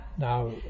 Now